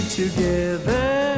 together